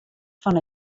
fan